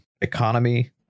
economy